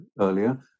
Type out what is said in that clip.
earlier